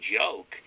joke